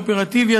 האופרטיבי,